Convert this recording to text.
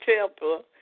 Temple